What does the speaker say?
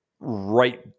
right